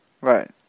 Right